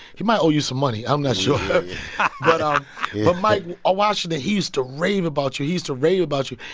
he might owe you some money. i'm not sure yeah but but mike ah washington he used to rave about you. he used to rave about you.